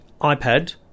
iPad